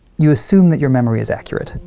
you assume that your memory is accurate.